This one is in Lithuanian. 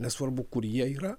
nesvarbu kur jie yra